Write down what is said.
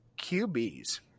QBs